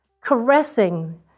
caressing